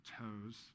toes